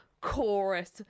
chorus